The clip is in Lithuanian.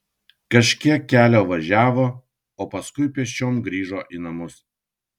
kažkiek kelio važiavo o paskui pėsčiom grįžo į namus